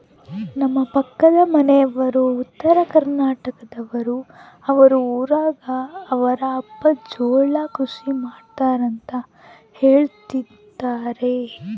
ನಮ್ಮ ಪಕ್ಕದ ಮನೆಯವರು ಉತ್ತರಕರ್ನಾಟಕದವರು, ಅವರ ಊರಗ ಅವರ ಅಪ್ಪ ಜೋಳ ಕೃಷಿ ಮಾಡ್ತಾರೆಂತ ಹೇಳುತ್ತಾರೆ